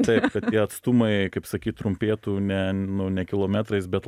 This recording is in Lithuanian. taip kad tie atstumai kaip sakyt trumpėtų ne nu ne kilometrais bet